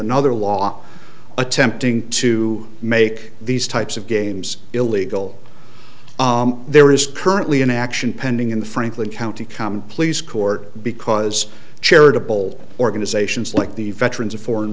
another law attempting to make these types of games illegal there is currently an action pending in the franklin county come please court because charitable organizations like the veterans of foreign